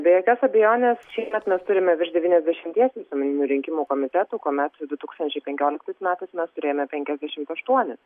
be jokios abejonės kad mes turime virš devyniasdešimties visuomeninių rinkimų komitetų kuomet du tūkstančiai penkioliktais metais mes turėjome penkiasdešimt aštuonis